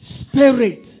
spirit